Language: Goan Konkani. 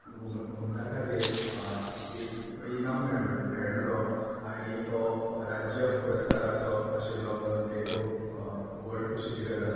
घुमटा खातीर इनाम मेळ्ळो आनी तो राज्य पुरस्कार आशिल्लो म्हणून एक खूब व्हड खोशयेची गजाल